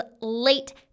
late